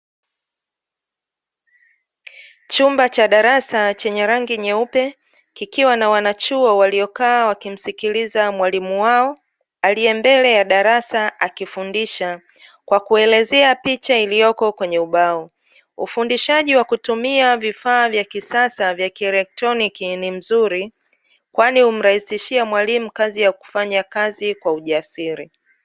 Chumba cha darasa chenye rangi nyeupe, kikiwa na wanachuo waliokaa wakimsikiliza mwalimu wao, aliye mbele ya darasa akifundisha kwa kuelezea picha iliyoko kwenye ubao. Ufundishaji wa kutumia vifaa vya kisasa vya kieletroniki ni mzuri kwani humrahisishia mwalimu kazi ya kufanya kazi kwa ujasiri.